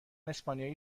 اسپانیایی